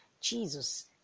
Jesus